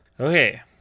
Okay